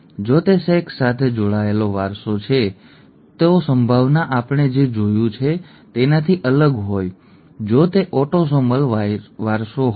જો તે સેક્સ સાથે જોડાયેલ વારસો છે તો સંભાવનાઓ આપણે જે જોયું છે તેનાથી અલગ હોત જો તે ઓટોસોમલ વારસો હોત